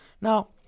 Now